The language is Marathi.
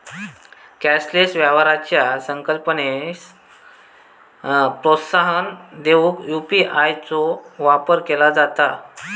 कॅशलेस व्यवहाराचा संकल्पनेक प्रोत्साहन देऊक यू.पी.आय चो वापर केला जाता